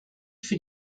für